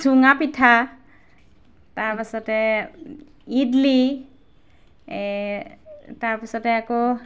চুঙা পিঠা তাৰপাছতে ইডলি তাৰপিছতে আকৌ